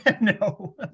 No